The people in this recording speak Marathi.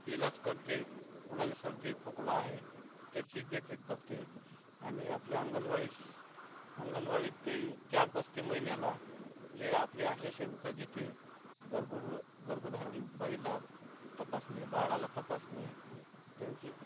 इलाज करते कुनाले सर्दी खोकला आहे त्याची देखरेख करते आनि आपल्या अंगनवाळीस अंगनवाडीतई गॅप असते मैन्याला जे आपली आशा सेविका घेते गरबर गर्बधारन बाईला तपासने बाळाला तपासने तेंची